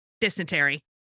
Dysentery